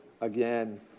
again